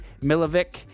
Milovic